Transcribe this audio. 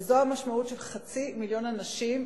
וזו המשמעות של חצי מיליון אנשים,